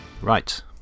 Right